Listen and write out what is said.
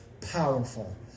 powerful